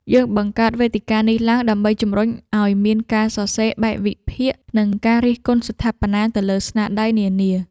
យើងបង្កើតវេទិកានេះឡើងដើម្បីជំរុញឱ្យមានការសរសេរបែបវិភាគ និងការរិះគន់ស្ថាបនាទៅលើស្នាដៃនានា។